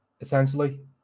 essentially